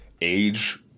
age